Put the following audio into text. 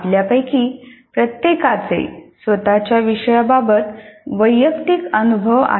आपल्यापैकी प्रत्येकाचे स्वतच्या विषयांबाबत वैयक्तिक अनुभव आहेत